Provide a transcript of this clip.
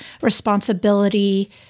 responsibility